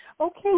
Okay